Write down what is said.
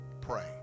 pray